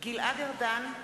גלעד ארדן,